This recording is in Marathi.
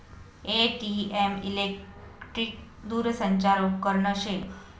ए.टी.एम इलेकट्रिक दूरसंचार उपकरन शे